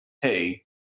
hey